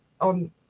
on